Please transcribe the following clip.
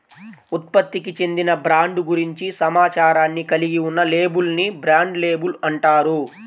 ఉత్పత్తికి చెందిన బ్రాండ్ గురించి సమాచారాన్ని కలిగి ఉన్న లేబుల్ ని బ్రాండ్ లేబుల్ అంటారు